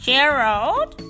Gerald